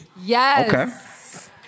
Yes